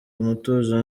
umutuzo